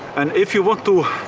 and if you want to